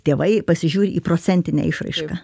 tėvai pasižiūri į procentinę išraišką